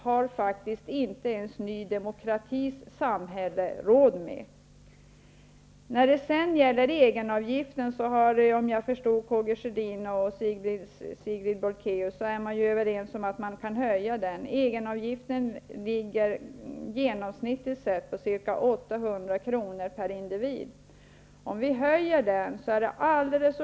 Om jag förstod Karl Gustaf Sjödin och Sigrid Bolkéus rätt är man överens om att egenavgiften kan höjas. Egenavgiften är i genomsnitt på ca 800 kr. per individ.